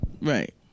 Right